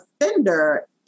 offender